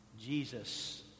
Jesus